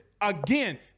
Again